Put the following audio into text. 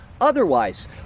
otherwise